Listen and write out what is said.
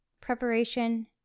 Preparation